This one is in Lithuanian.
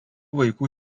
vaikų